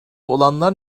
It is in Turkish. olanlar